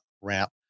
ramp